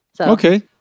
Okay